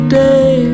day